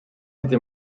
été